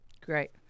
Great